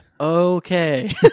Okay